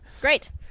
great